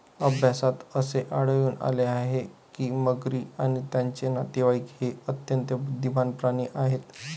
अभ्यासात असे आढळून आले आहे की मगरी आणि त्यांचे नातेवाईक हे अत्यंत बुद्धिमान प्राणी आहेत